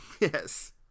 Yes